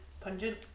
pungent